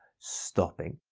stopping.